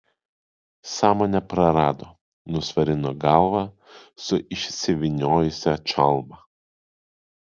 sąmonę prarado nusvarino galvą su išsivyniojusia čalma